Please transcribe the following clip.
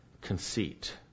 conceit